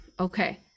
okay